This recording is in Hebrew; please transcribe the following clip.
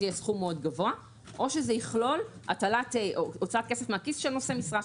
יהיה סכום מאוד גבוה או יכלול הוצאת כסף מהכיס של נושא משרה,